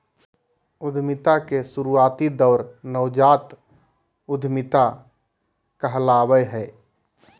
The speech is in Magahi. उद्यमिता के शुरुआती दौर नवजात उधमिता कहलावय हय